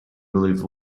believed